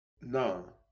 No